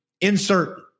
Insert